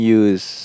use